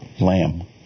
lamb